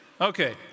Okay